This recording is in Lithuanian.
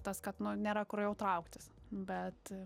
tas kad nu nėra kur jau trauktis bet